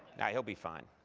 nah, he'll be fine.